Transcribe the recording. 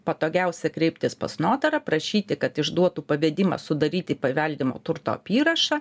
patogiausia kreiptis pas notarą prašyti kad išduotų pavedimą sudaryti paveldimo turto apyrašą